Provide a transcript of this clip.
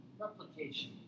replication